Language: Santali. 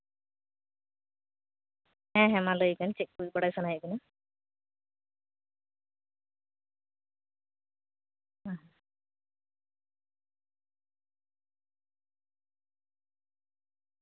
ᱦᱮᱸ ᱦᱮᱸ ᱢᱟ ᱞᱟᱹᱭ ᱵᱮᱱ ᱪᱮᱫ ᱠᱚ ᱵᱟᱲᱟᱭ ᱥᱟᱱᱟᱭᱮᱫ ᱵᱮᱱᱟ